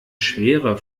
schwere